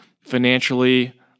financially